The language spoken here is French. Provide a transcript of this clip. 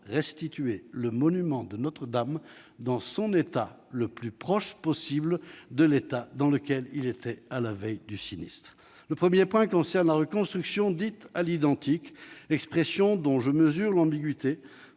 restituer le monument de Notre-Dame dans un état le plus proche possible de celui dans lequel il était la veille du sinistre. Le premier point concerne la reconstruction dite « à l'identique ». Je mesure l'ambiguïté